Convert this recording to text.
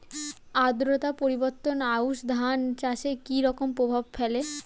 আদ্রতা পরিবর্তন আউশ ধান চাষে কি রকম প্রভাব ফেলে?